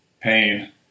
pain